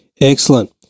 Excellent